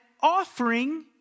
offering